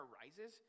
rises